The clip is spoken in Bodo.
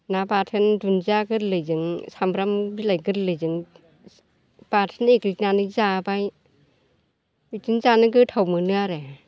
ना बाथोन दुनदिया गोरलैजों सामब्राम बिलाइ गोरलैजों बाथोन एग्लिनानै जाबाय बिदिनो जानो गोथाव मोनो आरो